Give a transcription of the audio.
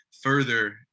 further